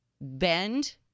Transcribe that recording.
bend